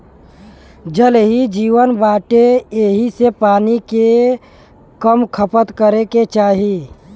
जल ही जीवन बाटे एही से पानी के कम खपत करे के चाही